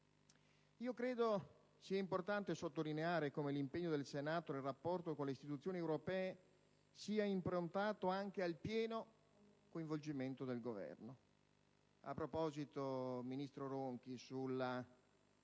Io credo sia importante sottolineare come l'impegno del Senato nel rapporto con le istituzioni europee sia improntato anche al pieno coinvolgimento del Governo. A proposito, ministro Ronchi, sulla